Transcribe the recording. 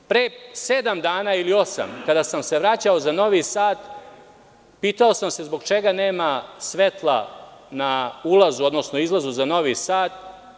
Pre sedam, osam dana, kada sam se vraćao za Novi Sad, pitao sam se zbog čega nema svetla na ulazu, odnosno na izlazu za Novi Sad.